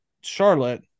Charlotte